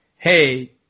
Hey